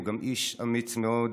הוא גם איש אמיץ מאוד.